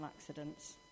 accidents